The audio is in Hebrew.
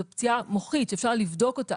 זו פציעה מוחית שאפשר לבדוק את זה.